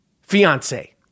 fiance